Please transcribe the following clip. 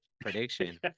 prediction